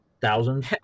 Thousands